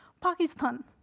Pakistan